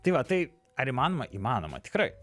tai va tai ar įmanoma įmanoma tikrai